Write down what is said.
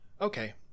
Okay